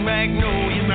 Magnolia